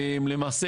למעשה,